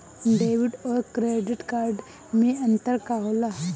Debit और credit card मे अंतर का होला?